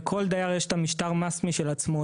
לכל דייר יש את משטר המס של עצמו.